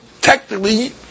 technically